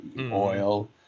oil